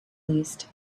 least